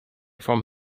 from